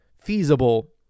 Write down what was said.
feasible